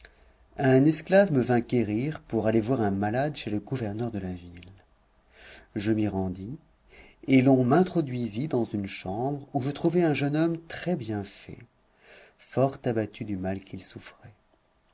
un esclave me vint quérir pour aller voir un malade chez le gouverneur de la ville je m'y rendis et l'on m'introduisit dans une chambre où je trouvai un jeune homme très-bien fait fort abattu du mal qu'il souffrait